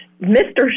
Mr